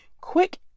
quick